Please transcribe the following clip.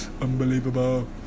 unbelievable